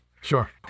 Sure